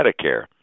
Medicare